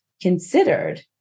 considered